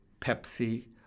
Pepsi